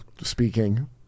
speaking